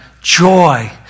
joy